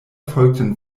folgten